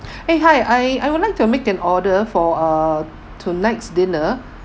eh hi I I would like to make an order for uh tonight's dinner